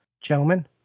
Gentlemen